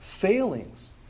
failings